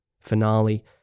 finale